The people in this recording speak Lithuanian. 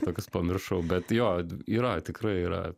tokis pamiršau bet jo yra tikrai yra